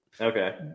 Okay